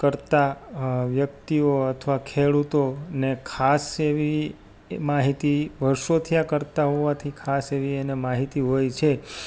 કરતાં વ્યક્તિઓ અથવા ખેડૂતોને ખાસ એવી માહિતી વર્ષોથી આ કરતાં હોવાથી ખાસ એવી એને માહિતી હોય છે